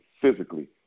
physically